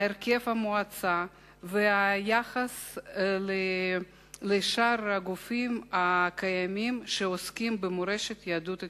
להרכב המועצה וליחס לשאר הגופים הקיימים שעוסקים במורשת יהדות אתיופיה,